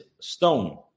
stone